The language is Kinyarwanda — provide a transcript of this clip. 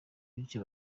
bityo